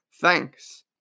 Thanks